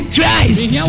Christ